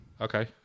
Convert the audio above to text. Okay